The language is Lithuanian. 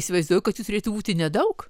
įsivaizduoju kad jų turėtų būti nedaug